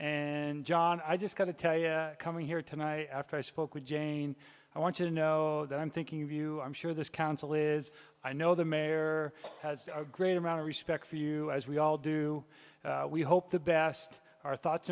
and john i just got to tell you coming here tonight after i spoke with jane i want to know that i'm thinking of you i'm sure this counsel is i know the mayor has a great amount of respect for you as we all do we hope the best our thoughts